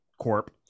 Corp